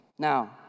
Now